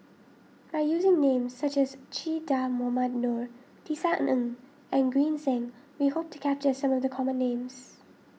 by using names such as Che Dah Mohamed Noor Tisa Ng and Green Zeng we hope to capture some of the common names